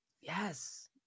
Yes